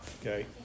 Okay